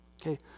Okay